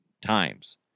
times